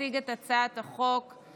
יציג את הצעת החוק שר